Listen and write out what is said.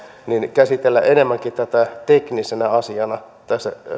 käsitellä enemmänkin tätä teknisenä asiana tässä